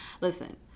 listen